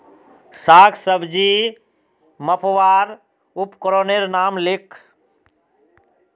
साग सब्जी मपवार उपकरनेर नाम लिख?